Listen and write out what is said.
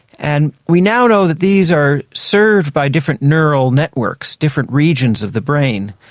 and we now know that these are served by different neural networks, different regions of the brain.